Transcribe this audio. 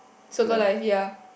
circle life ya